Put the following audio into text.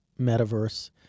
metaverse